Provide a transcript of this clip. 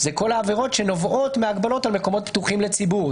זה כל העבירות שנובעות מההגבלות על מקומות פתוחים לציבור,